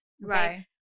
right